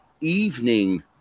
evening